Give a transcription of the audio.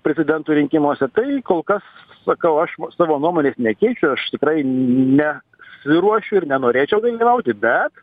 prezidento rinkimuose tai kol kas sakau aš savo nuomonės nekeisiu aš tikrai ne siruošiu ir nenorėčiau dalyvauti bet